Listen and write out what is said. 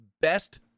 best